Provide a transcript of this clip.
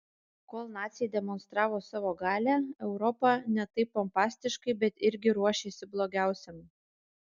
kol naciai demonstravo savo galią europa ne taip pompastiškai bet irgi ruošėsi blogiausiam